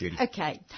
Okay